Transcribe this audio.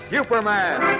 Superman